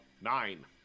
Nine